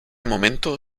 momento